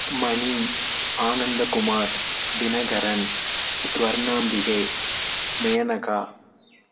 மணி Anandakumar Dinakaran Swarnambigai Maneka